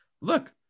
Look